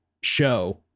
show